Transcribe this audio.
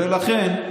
לכן,